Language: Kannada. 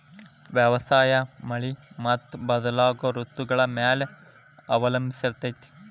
ವ್ಯವಸಾಯ ಮಳಿ ಮತ್ತು ಬದಲಾಗೋ ಋತುಗಳ ಮ್ಯಾಲೆ ಅವಲಂಬಿಸೈತ್ರಿ